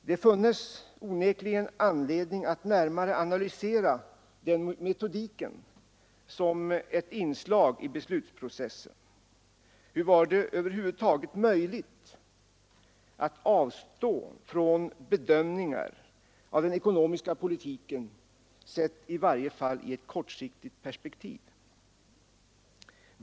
Det funnes onekligen anledning att närmare analysera den metodiken som ett inslag i beslutsprocessen. Hur var det över huvud taget möjligt att avstå från bedömningar av den ekonomiska politiken, i varje fall sett i ett kortsiktigt perspektiv?